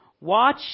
Watch